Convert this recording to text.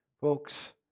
Folks